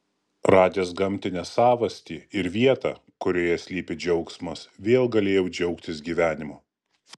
radęs gamtinę savastį ir vietą kurioje slypi džiaugsmas vėl galėjau džiaugtis gyvenimu